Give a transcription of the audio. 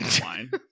wine